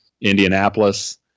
Indianapolis